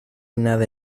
nada